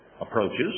approaches